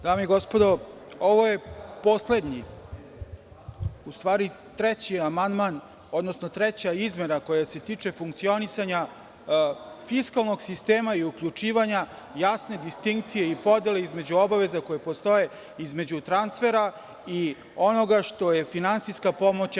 Dame i gospodo narodni poslanici, ovo je poslednji, u stvari treći amandman, odnosno treća izmena koja se tiče funkcionisanja fiskalnog sistema i uključivanja jasne distinkcije i podele između obaveza koje postoje između transfera i onoga što je finansijska pomoć EU.